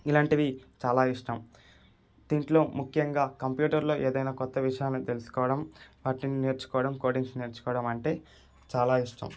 ఇలాంటివి చాలా ఇష్టం దీంట్లో ముఖ్యంగా కంప్యూటర్లో ఏదైనా కొత్త విషయాలను తెలుసుకోవడం వాటిని నేర్చుకోవడం కోడింగ్స్ నేర్చుకోవడం వంటే చాలా ఇష్టం